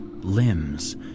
limbs